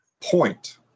point